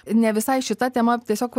ne visai šita tema tiesiog